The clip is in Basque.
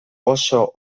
oso